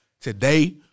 Today